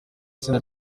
itsinda